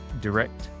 direct